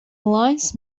lines